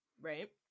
right